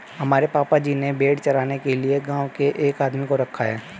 हमारे पापा जी ने भेड़ चराने के लिए गांव के एक आदमी को रखा है